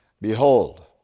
Behold